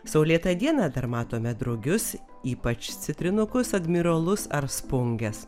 saulėtą dieną dar matome drugius ypač citrinukus admirolus ar spunges